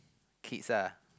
kids ah